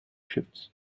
shifts